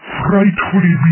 frightfully